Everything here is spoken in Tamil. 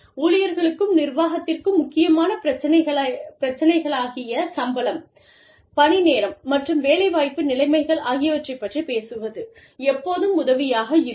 ஊழியர்களுக்கும் நிர்வாகத்திற்கும் முக்கியமான பிரச்சினைகளாகிய சம்பளம் பணி நேரம் மற்றும் வேலை வாய்ப்பு நிலைமைகள் ஆகியவற்றைப் பற்றிப் பேசுவது எப்போதும் உதவியாக இருக்கும்